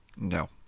No